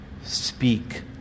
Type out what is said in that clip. speak